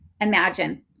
imagine